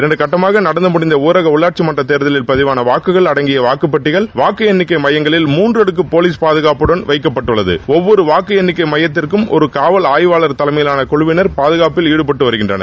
இரண்டு கட்டங்காக நடந்து நடைபெற்ற தேர்கலில் பதிவான வாக்குகள் அடங்கிய வாக்குப்பெட்டிகள் வாக்கு எண்ணிக்கை மையங்களில் மூன்றடுக்கு போலீஸ் பாதகாப்புடன் வைக்கப்பட்டுள்ளது ஒல்வொரு வாக்கு எண்ணிக்கை மையத்கிற்கும் ஒரு காவல் ஆய்வாளர் தலைமையிலான குழுவினர் பாதகாப்பில் ஈடுபட்டு வருகின்றனர்